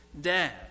dad